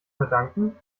verdanken